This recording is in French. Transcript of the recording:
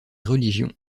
religions